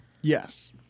Yes